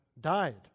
died